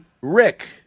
Rick